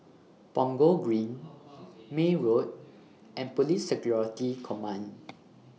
Punggol Green May Road and Police Security Command